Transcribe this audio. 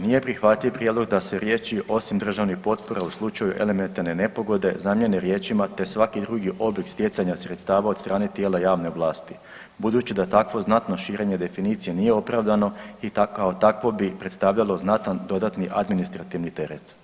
Nije prihvatljiv da se riječi „osim državnih potpora u slučaju elementarne nepogode“ zamijeni riječima „te svaki drugi oblik stjecanja sredstava od strane tijela javne vlasti“ budući da takvo znatno širenje definicije nije opravdano i kao takvo bi predstavljalo znatan dodatni administrativni teret.